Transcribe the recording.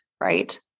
right